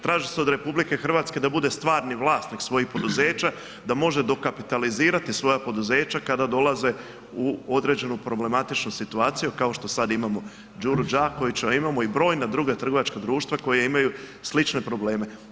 Traži se od RH da bude stvarni vlasnik svojih poduzeća da može dokapitalizirati svoja poduzeća kada dolaze u određenu problematičnu situaciju kao što sad imamo Đuru Đakovića, a imamo i brojna druga trgovačka društva koja imaju slične probleme.